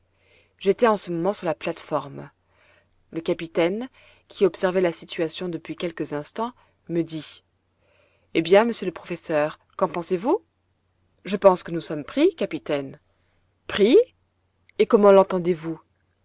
j'étais en ce moment sur la plate-forme le capitaine qui observait la situation depuis quelques instants me dit eh bien monsieur le professeur qu'en pensez-vous je pense que nous sommes pris capitaine pris et comment l'entendez-vous